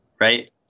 right